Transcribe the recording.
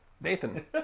Nathan